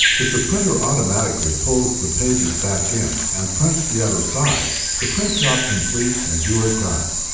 if the printer automatically pulls the pages back in and prints the other side, the print job completes and you are done.